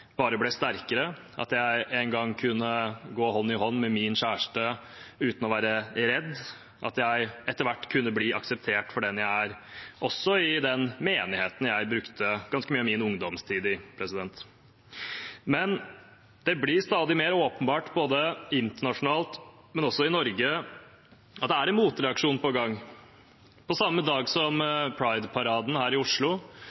bare ble sterkere, at jeg en gang ville kunne gå hånd i hånd med min kjæreste uten å være redd, at jeg etter hvert ville kunne bli akseptert for den jeg er, også i den menigheten jeg brukte ganske mye av min ungdomstid i. Men det blir stadig mer åpenbart, både internasjonalt og i Norge, at det er en motreaksjon på gang. På samme dag som Pride-paraden her i Oslo